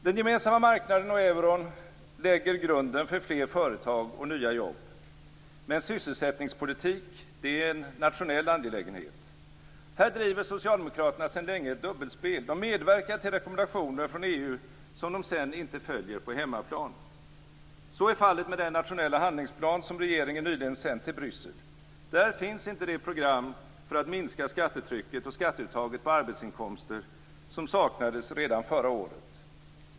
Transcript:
Den gemensamma marknaden och euron lägger grunden för fler företag och nya jobb. Men sysselsättningspolitik är en nationell angelägenhet. Här bedriver socialdemokraterna sedan länge ett dubbelspel. De medverkar till rekommendationer från EU som de sedan inte följer på hemmaplan. Så är fallet med den nationella handlingsplan som regeringen nyligen sänt till Bryssel. Där finns inte det program för att minska skattetrycket och skatteuttaget på arbetsinkomster som saknades redan förra året.